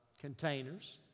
containers